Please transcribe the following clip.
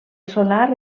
solar